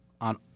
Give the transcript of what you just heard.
on